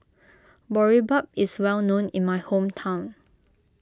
Boribap is well known in my hometown